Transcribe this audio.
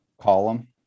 column